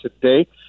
today